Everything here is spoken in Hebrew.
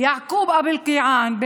יעקוב אבו אלקיעאן,